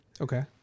Okay